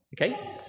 okay